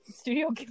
studio